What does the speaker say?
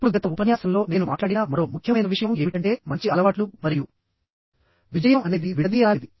ఇప్పుడు గత ఉపన్యాసంలో నేను మాట్లాడిన మరో ముఖ్యమైన విషయం ఏమిటంటే మంచి అలవాట్లు మరియు విజయం అనేది విడదీయరానిది